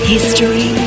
History